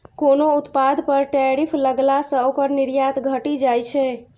कोनो उत्पाद पर टैरिफ लगला सं ओकर निर्यात घटि जाइ छै